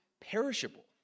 perishable